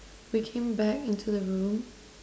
we came back into the room